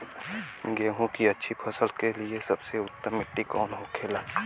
गेहूँ की अच्छी फसल के लिए सबसे उत्तम मिट्टी कौन होखे ला?